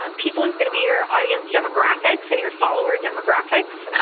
ah people is going to be your audience demographics and your follower demographics,